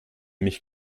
mich